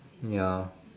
ya